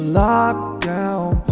lockdown